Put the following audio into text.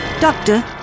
Doctor